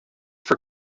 for